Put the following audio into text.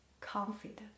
confident